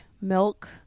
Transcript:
milk